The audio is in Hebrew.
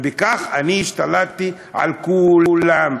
ובכך אני השתלטתי על כולם,